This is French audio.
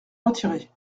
retiré